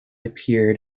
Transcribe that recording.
appeared